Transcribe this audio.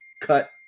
cut